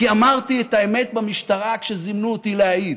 כי אמרתי את האמת במשטרה כשזימנו אותי להעיד.